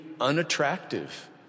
unattractive